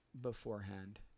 beforehand